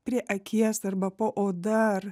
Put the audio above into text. prie akies arba po oda ar